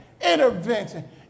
intervention